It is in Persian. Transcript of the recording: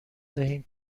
دهیم